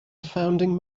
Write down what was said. founding